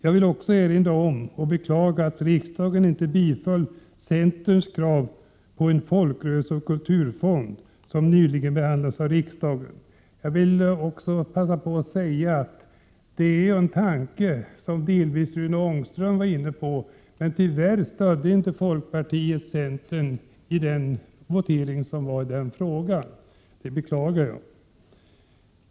Jag vill också erinra om och beklaga att riksdagen inte biföll centerns krav på en folkrörelseoch kulturfond som nyligen behandlats av riksdagen. Jag vill passa på att säga att det är en tanke som Rune Ångström delvis var inne på. Tyvärr stödde inte folkpartiet centern i voteringen i den frågan. Det beklagar jag.